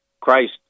Christ